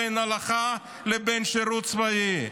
ההלכה לבין שירות צבאי.